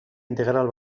integral